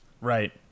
Right